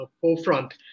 forefront